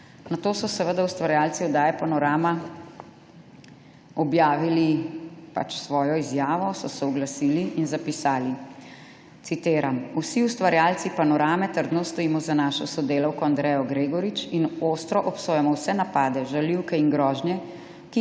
Nato so seveda ustvarjalci oddaje Panorama objavili svojo izjavo, so se oglasili in zapisali. Citiram: »Vsi ustvarjalci Panorame trdno stojimo za našo sodelavko Andrejo Gregorič in ostro obsojamo vse napade, žaljivke in grožnje,